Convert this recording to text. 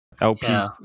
LP